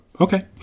Okay